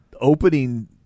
opening